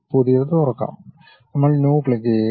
പുതിയത് തുറക്കാം നമ്മൾ ന്യു ക്ലിക്കുചെയ്യുക